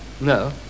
No